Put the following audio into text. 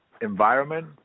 environment